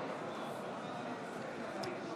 נתניהו,